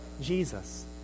Jesus